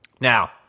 Now